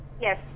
Yes